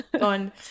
on